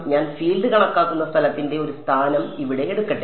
ഞാൻ ഫീൽഡ് കണക്കാക്കുന്ന സ്ഥലത്തിന്റെ ഒരു സ്ഥാനം ഇവിടെ എടുക്കട്ടെ